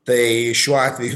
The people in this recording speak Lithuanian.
tai šiuo atveju